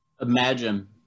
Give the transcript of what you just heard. Imagine